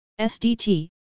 SDT